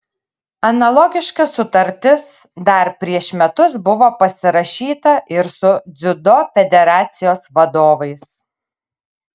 analogiška sutartis dar prieš metus buvo pasirašyta ir su dziudo federacijos vadovais